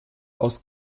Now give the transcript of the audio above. aus